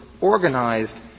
organized